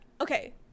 okay